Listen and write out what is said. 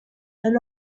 elle